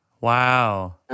Wow